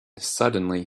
suddenly